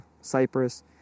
Cyprus